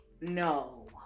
No